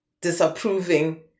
disapproving